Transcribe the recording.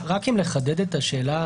רק אם נחדד את השאלה,